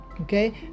okay